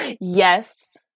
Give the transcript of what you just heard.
Yes